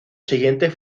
siguiente